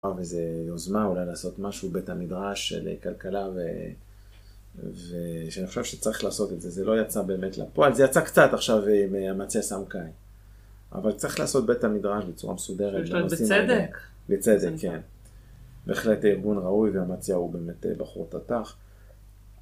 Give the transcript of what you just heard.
איזו יוזמה, אולי לעשות משהו בית המדרש של כלכלה ושאני חושב שצריך לעשות את זה, זה לא יצא באמת לפועל, זה יצא קצת עכשיו עם אמציה סמכאי, אבל צריך לעשות בית המדרש בצורה מסודרת. בכלל בצדק? בצדק, כן. בהחלט ארגון ראוי והאמציה הוא באמת בחור באמת תותח.